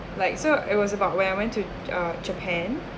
like so it was about where I went to uh japan